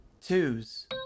Twos